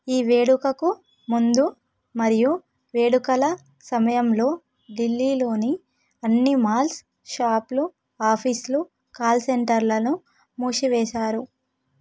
ఈ వేడుకకు ముందు మరియు వేడుకల సమయంలో ఢిల్లీలోని అన్ని మాల్స్ షాపులు ఆఫీసులు కాల్ సెంటర్లను మూసివేశారు